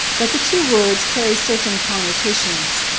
but the two words carry certain connotations.